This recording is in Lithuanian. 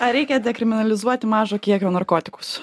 ar reikia dekriminalizuoti mažo kiekio narkotikus